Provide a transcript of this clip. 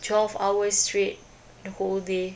twelve hours straight the whole day